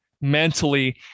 mentally